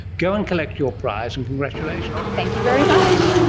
go and collect your prize and congratulations. thank you very much.